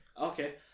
Okay